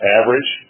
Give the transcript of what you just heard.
average